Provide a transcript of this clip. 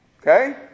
Okay